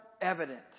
evidence